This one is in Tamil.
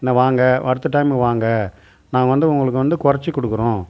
இன்ன வாங்க அடுத்த டைம் வாங்க நான் வந்து உங்களுக்கு வந்து கொறச்சு கொடுக்குறோம்